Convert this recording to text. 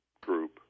group